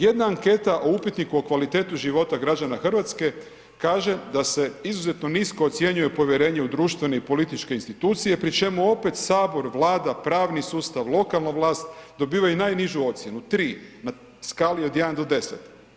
Jedna anketa o upitniku o kvaliteti života građana Hrvatske kaže da se izuzetno nisko ocjenjuje povjerenje u društvene i političke institucije pri čemu opet Sabor, Vlada, pravni sustav, lokalna vlast dobivaju najnižu ocjenu 3 na skali od 1 do 10.